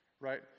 right